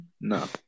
No